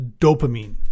dopamine